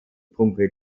pumpe